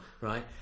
right